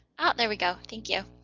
there we go. thank you.